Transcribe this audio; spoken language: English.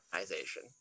organization